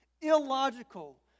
illogical